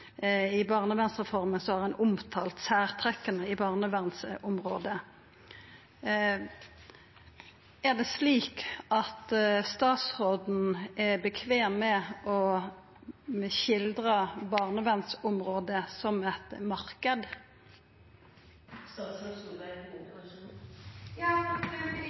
i barnevernsreforma har ein omtalt særtrekka på barnevernsområdet. Er statsråden komfortabel med å skildra barnevernsområdet som